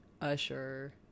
usher